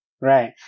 right